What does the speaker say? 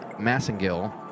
Massengill